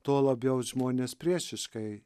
tuo labiau žmonės priešiškai